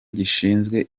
gishinzwe